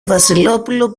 βασιλόπουλο